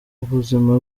ubuzima